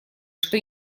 что